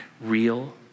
real